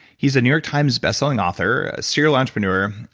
he's a new york times bestselling author, serial entrepreneur,